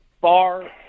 far